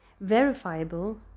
verifiable